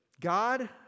God